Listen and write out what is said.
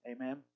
Amen